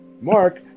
Mark